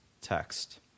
text